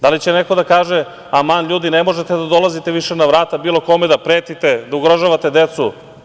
Da li će neko da kaže, aman ljudi, ne možete da dolazite više na vrata bilo kome, da pretite, da ugrožavate decu?